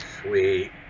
Sweet